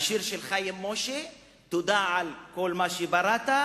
של חיים משה: תודה על כל מה שבראת,